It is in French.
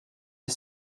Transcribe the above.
est